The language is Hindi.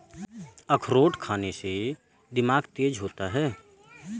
अखरोट खाने से दिमाग तेज होता है